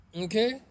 Okay